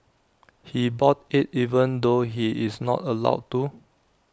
he bought IT even though he's not allowed to